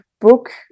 book